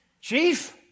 Chief